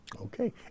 Okay